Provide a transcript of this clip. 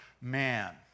man